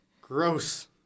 Gross